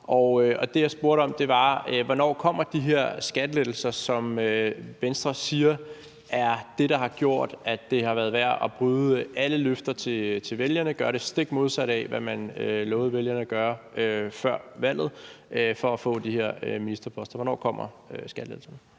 Det, jeg spurgte om, var: Hvornår kommer de her skattelettelser, som Venstre siger er det, der har gjort, at det har været værd at bryde alle løfter til vælgerne og gøre det stik modsatte af, hvad man lovede vælgerne at gøre før valget, for at få de her ministerposter? Hvornår kommer skattelettelserne?